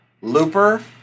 Looper